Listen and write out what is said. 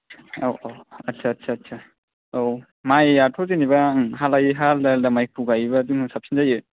औ औ आस्सा आस्सा औ माइयाथ' जेन'बा ओं हा लायै हा आलादा आलादा माइखौ गायोब्ला जोङो साबसिन जायो